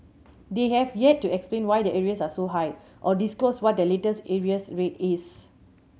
they have yet to explain why their arrears are so high or disclose what their latest arrears rate is